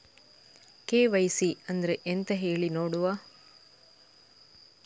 KYC ಅಂದ್ರೆ ಎಂತ ಹೇಳಿ ನೋಡುವ?